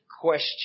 question